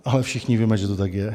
Ale všichni víme, že to tak je.